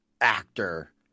actor